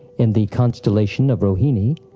in the constellation of rohini,